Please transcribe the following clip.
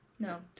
No